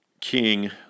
King